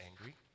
angry